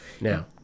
Now